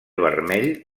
vermell